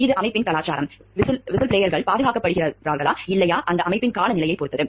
இது அமைப்பின் கலாச்சாரம் விசில்ப்ளோயர்கள் பாதுகாக்கப்படுகிறதோ இல்லையோ அந்த அமைப்பின் காலநிலையைப் பொறுத்தது